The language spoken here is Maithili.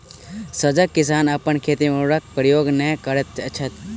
सजग किसान अपन खेत मे उर्वरकक प्रयोग नै करैत छथि